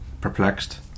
perplexed